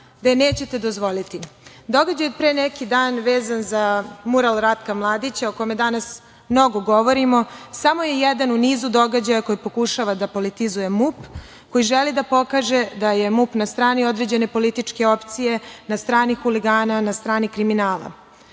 da je nećete dozvoliti. Događaj od pre neki dan vezan za mural Ratka Mladića, o kome danas mnogo govorimo, samo je jedan u nizu događaja koje pokušava da politizuje MUP, koji žele da pokaže da je MUP na strani određene političke opcije, na strani huligana, na strani kriminala.